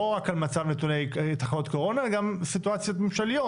לא רק על מצב נתוני תחלואת קורונה אלא גם סיטואציות ממשליות,